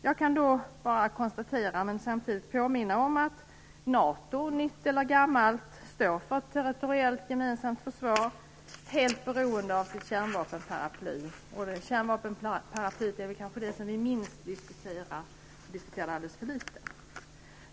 Jag kan då bara konstatera och samtidigt påminna om att NATO, nytt eller gammalt, står för ett territoriellt gemensamt försvar, helt beroende av sitt kärnvapenparaply. Kärnvapenparaplyet är väl kanske det som vi minst diskuterar; vi diskuterar det alldeles för litet.